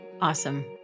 Awesome